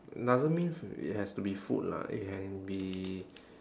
doesn't mean it has to be food lah it can be